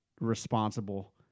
responsible